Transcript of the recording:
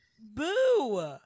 boo